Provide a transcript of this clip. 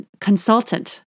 consultant